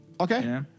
Okay